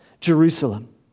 Jerusalem